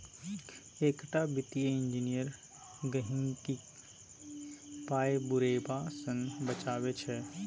एकटा वित्तीय इंजीनियर गहिंकीक पाय बुरेबा सँ बचाबै छै